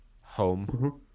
home